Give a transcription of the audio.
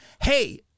hey